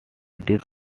disc